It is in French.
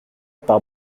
par